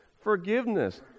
forgiveness